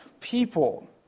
people